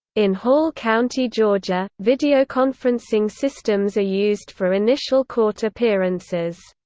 in hall county, georgia, videoconferencing systems are used for initial court appearances.